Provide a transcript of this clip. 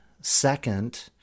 second